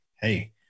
Hey